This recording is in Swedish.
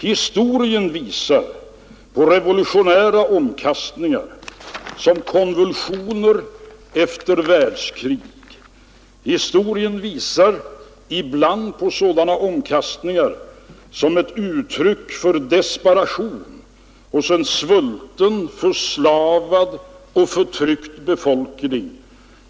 Historien visar på revolutionära omkastningar som konvulsioner efter världskrig, historien visar ibland på sådana omkastningar som ett uttryck för desperation hos en svulten, förslavad och förtryckt befolkning.